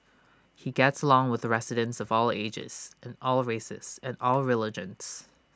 he gets along with residents of all ages and all races and all religions